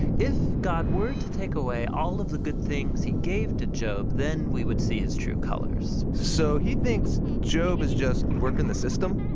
if god were to take away all of the good things he gave to job then we would see his true colors. so he thinks job is just working the system?